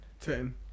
ten